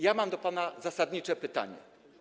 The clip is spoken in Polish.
I mam do pana zasadnicze pytanie.